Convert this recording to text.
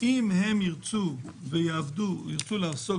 הארכה